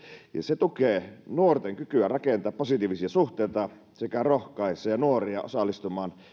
ja se tukee nuorten kykyä rakentaa positiivisia suhteita sekä rohkaisee nuoria osallistumaan